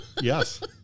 yes